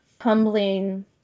humbling